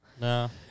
No